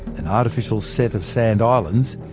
an artificial set of sand islands,